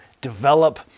develop